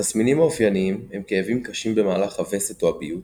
התסמינים האופייניים הם כאבים קשים במהלך הווסת או הביוץ,